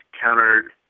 countered